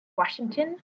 Washington